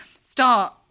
start